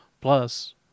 Plus